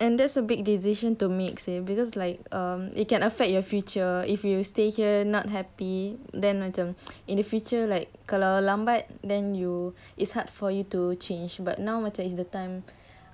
and that's a big decision to make seh because like um it can affect your future if you stay here not happy then macam in the future like kalau lambat then you it's hard for you to change but now macam is the time